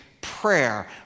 prayer